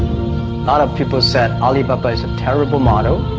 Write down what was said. lot of people said alibaba is a terrible model